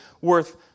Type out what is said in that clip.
worth